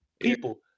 People